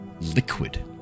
liquid